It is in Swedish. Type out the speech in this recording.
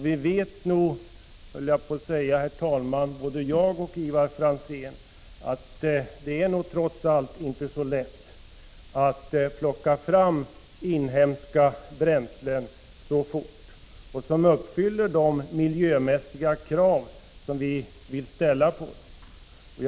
Vi vet, både Ivar Franzén och jag, att det trots allt inte är så lätt att fort plocka fram inhemska bränslen som uppfyller de miljömässiga krav vi vill ställa på dem.